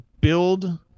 build